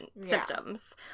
symptoms